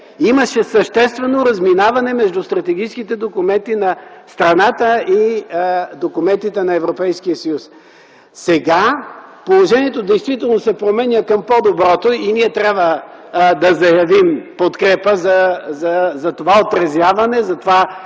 Имаше съществено разминаване между стратегическите документи на страната и документите на Европейския съюз. Сега положението действително се променя към по-добро и ние трябва да заявим подкрепа за това отрезвяване, за тази